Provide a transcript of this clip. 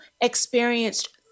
experienced